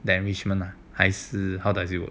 the enrichment 还是 how does it work